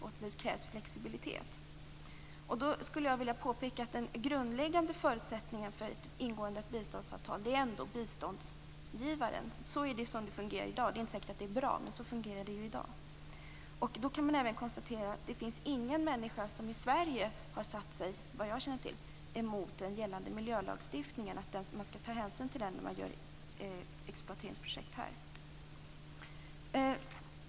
Det krävs flexibilitet. Då skulle jag vilja påpeka att den grundläggande förutsättningen för att ingå ett biståndsavtal ändå är biståndsgivaren. Så fungerar det i dag. Det är inte säkert att det är bra, men det är så det fungerar i dag. Då kan man konstatera att det vad jag känner till inte finns någon människa i Sverige som har satt sig emot att man skall ta hänsyn till den gällande miljölagstiftningen när man gör exploateringsprojekt här.